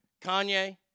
Kanye